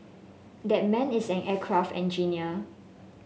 that man is an aircraft engineer